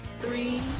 Three